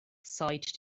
sighed